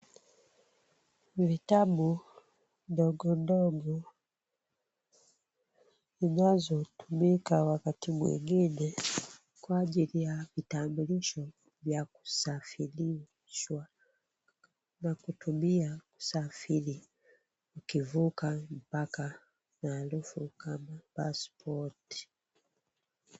Vitabu ndogo ndogo zinazotumika wakati mwingine kwa ajili ya vitambulisho vya kisafirishwa na kutumia usafiri ukivuka mpaka maarufu kama passport .